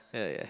ya ya